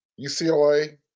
UCLA